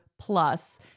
Plus